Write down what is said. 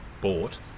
bought